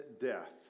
death